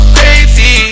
crazy